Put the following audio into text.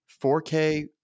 4K –